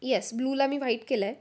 yes ब्लूला मी white केलं आहे